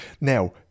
Now